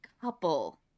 couple-